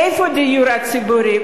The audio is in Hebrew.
איפה הדיור הציבורי?